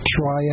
try